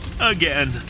Again